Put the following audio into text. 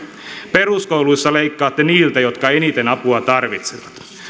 peruskouluissa leikkaatte niiltä jotka eniten apua tarvitsevat